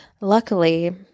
Luckily